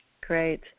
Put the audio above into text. Great